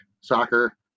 soccer